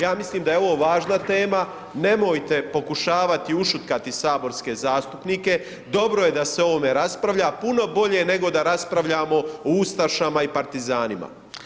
Ja mislim da je ovo važna tema, nemojte pokušavati ušutkati saborske zastupnike, dobro je da se o ovome raspravlja, puno bolje nego da raspravljamo o ustašama i partizanima.